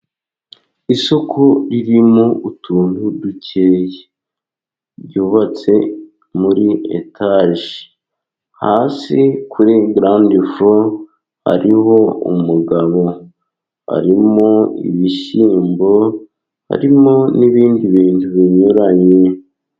Isoko ririmo utuntu dukeya, ryubatse muri etaje, hasi kuri garawundifuro hariho umugabo, harimo ibishyimbo, harimo n'ibindi bintu binyuranye.